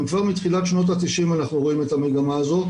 כבר מתחילת שנות ה-90 אנחנו רואים את המגמה הזו,